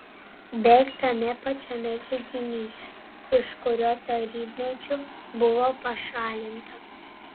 beveik tame pačiame leidinyje iš kurio tarybmečiu buvo pašalinta